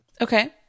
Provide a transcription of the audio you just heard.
Okay